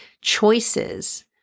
choices